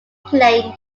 playing